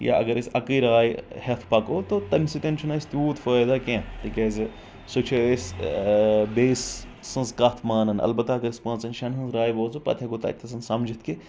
یا اگر أسۍ اکٕے راے ہٮ۪تھ پکو تو تمہِ سۭتۍ چھُنہٕ اسہِ تیوٗت فٲیدٕ کینٛہہ تِکیٛازِ سُہ چھِ أسۍ بیٚیِس سٕنٛز کتھ مانان البتہ اگر أسۍ پانٛژن شیٚن ہِنٛز راے بوزَو پتہٕ ہٮ۪کو تتٮ۪ن سمجھِتھ کہِ